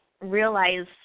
realize